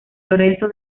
lorenzo